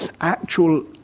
actual